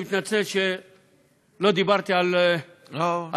אני מתנצל שלא דיברתי על בריטניה,